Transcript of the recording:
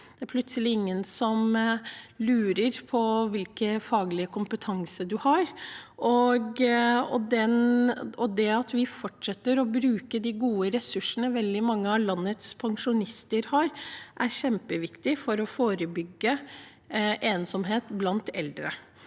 Det er plutselig ingen som lurer på hvilken faglig kompetanse man har. Det at vi fortsetter å bruke de gode ressursene veldig mange av landets pensjonister har, er kjempeviktig for å forebygge ensomhet blant eldre.